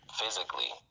physically